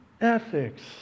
ethics